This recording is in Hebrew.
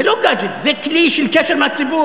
זה לא גאדג'ט, זה כלי של קשר עם הציבור.